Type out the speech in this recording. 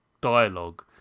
dialogue